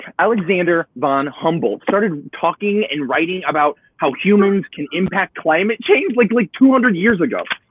alexander von humboldt started talking and writing about how humans can impact climate change like like two hundred years ago.